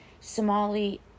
Somali-